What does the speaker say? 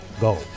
go